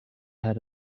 had